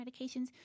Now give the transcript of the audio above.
medications